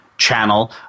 channel